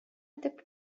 итеп